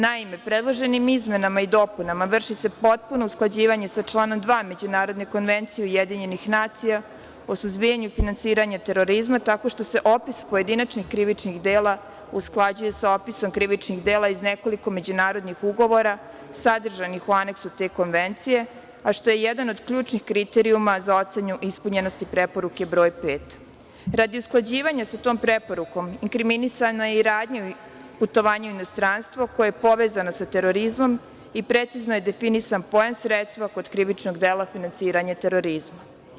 Naime, predloženim izmenama i dopunama vrši se potpuno usklađivanje sa članom 2. Međunarodne konvencije UN o suzbijanju finansiranja terorizma tako što se opis pojedinačnih krivičnih dela usklađuje sa opisom krivičnih dela iz nekoliko međunarodnih ugovora sadržanih u aneksu te Konvencije, a što je jedan od ključnih kriterijuma za ocenu ispunjenosti preporuke broj 5. Radi usklađivanja sa tom preporukom, inkriminisana je i radnja putovanja u inostranstvo koja je povezana sa terorizmom i precizno je definisan pojam „sredstva“ kod krivičnog dela finansiranja terorizma.